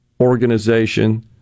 organization